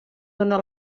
dóna